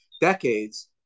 decades